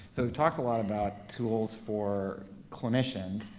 so we've talked a lot about tools for clinicians.